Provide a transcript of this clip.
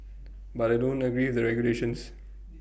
but I don't agree with the regulations